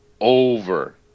over